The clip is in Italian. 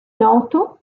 noto